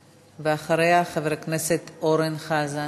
ואחריה, חבר הכנסת אורן חזן.